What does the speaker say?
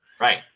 Right